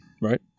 Right